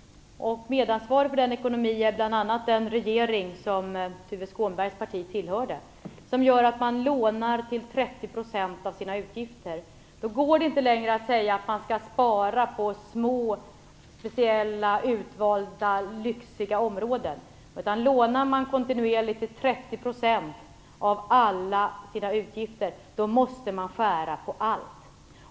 - medansvarig för den ekonomin är bl.a. den regering som Tuve Skånbergs parti tillhörde - som gör att man lånar till 30 % av sina utgifter, går det inte längre att säga att man skall spara på små, speciella, utvalda, lyxiga områden. Lånar man kontinuerligt till 30 % av alla sina utgifter måste man skära på allt.